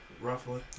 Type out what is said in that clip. Roughly